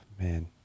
man